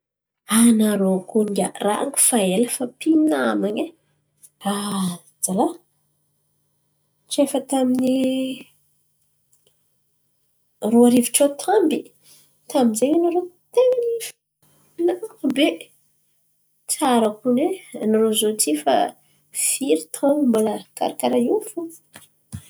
Anarô kony ngià rango fa ela fampinaman̈a e! Ajala tsy efa tamin’ny roa arivo tsôta amby tamy zen̈y anarô ten̈a ny mpinamana be tsara konay anarô zioty. Fa firy taôn̈o mbala karà karàha io fo?